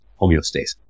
homeostasis